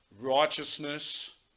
righteousness